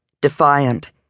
defiant